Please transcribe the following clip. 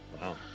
Wow